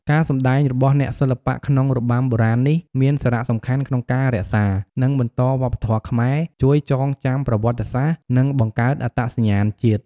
ការសម្តែងរបស់អ្នកសិល្បៈក្នុងរបាំបុរាណនេះ មានសារៈសំខាន់ក្នុងការរក្សា និងបន្តវប្បធម៌ខ្មែរ ជួយចងចាំប្រវត្តិសាស្ត្រ និងបង្កើតអត្តសញ្ញាណជាតិ។